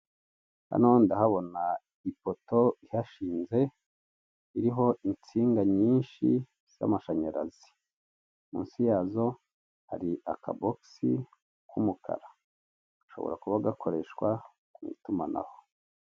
Hano ndahgabona ipoto ihashinze iriho insinga nyinshi z'amashinyarazi, munsi yazo hari akabogisi k'umukara gashobora kuba gakoreshwa mu itumanaho.